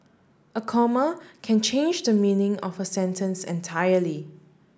a comma can change the meaning of a sentence entirely